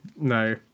no